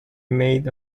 made